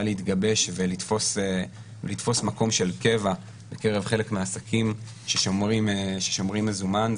להתגבש ולתפוס מקום של קבע בקרב חלק מהעסקים ששומרים מזומן.